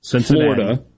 Florida